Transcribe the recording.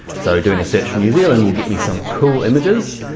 so doing a search for new zealand will get me some cool images,